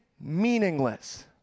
meaningless